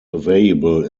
available